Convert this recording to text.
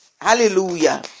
Hallelujah